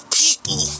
people